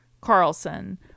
Carlson